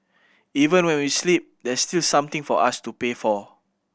even when we sleep there's still something for us to pay for